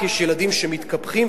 כך יש ילדים שמתקפחים,